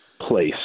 place